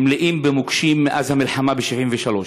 מלאים במוקשים מאז המלחמה ב-73'.